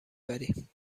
بری